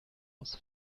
was